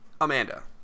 Amanda